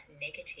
negative